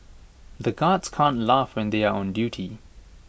the guards can't laugh when they are on duty